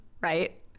right